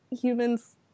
humans